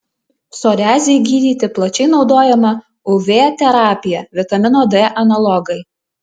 psoriazei gydyti plačiai naudojama uv terapija vitamino d analogai